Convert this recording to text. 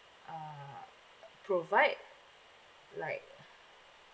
uh provide like